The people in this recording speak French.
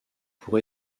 pour